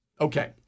Okay